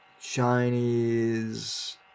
Chinese